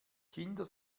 kinder